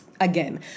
Again